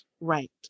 right